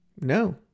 No